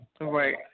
Right